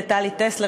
לטלי טסלר,